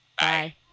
Bye